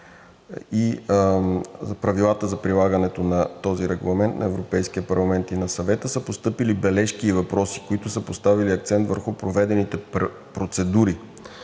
и правилата за прилагането на този регламент на Европейския парламент и на Съвета са постъпили бележки и въпроси, които са поставили акцент върху проведените процедури